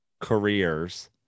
careers